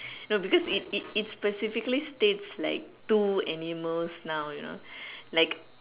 no because it it it specifically states like two animals now you know like